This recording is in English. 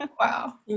wow